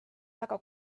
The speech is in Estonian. väga